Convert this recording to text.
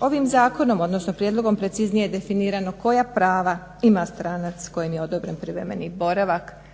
Ovim zakonom, odnosno prijedlogom preciznije definirano koja prava ima stranac kojem je odobren privremeni boravak